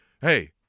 hey